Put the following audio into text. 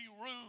room